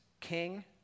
king